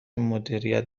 مدیریت